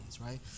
right